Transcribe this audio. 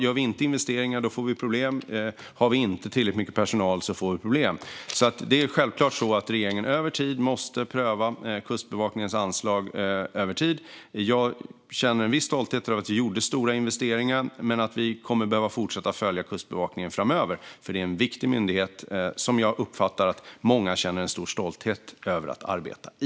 Om vi inte gör investeringar får vi problem, och om vi inte har tillräckligt mycket personal får vi problem. Det är självklart så att regeringen över tid måste pröva Kustbevakningens anslag. Jag känner en viss stolthet över att vi gjorde den stora investeringen. Men vi kommer att behöva fortsätta att följa Kustbevakningen framöver, för det är en viktig myndighet som jag uppfattar att många känner en stor stolthet över att arbeta i.